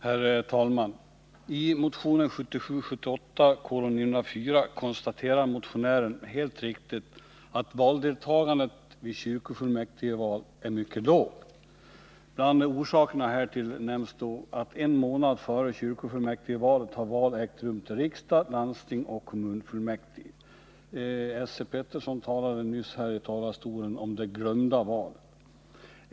Herr talman! I motionen 1977/78:904 konstaterar motionären helt riktigt att valdeltagandet vid kyrkofullmäktigval är mycket lågt. Bland orsakerna härtill nämns att en månad före kyrkofullmäktigvalet har val ägt rum till riksdag, landsting och kommunfullmäktige. Esse Petersson talade för en Rätt för kyrkofullstund sedan om ”de glömda valen”.